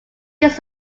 this